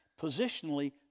positionally